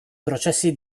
processi